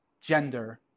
Gender